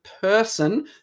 person